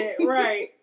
right